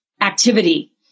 activity